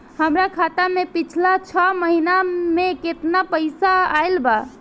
हमरा खाता मे पिछला छह महीना मे केतना पैसा आईल बा?